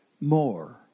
more